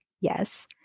yes